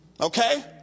okay